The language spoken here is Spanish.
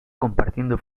compartiendo